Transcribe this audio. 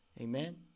Amen